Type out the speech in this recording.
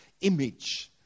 image